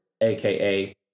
AKA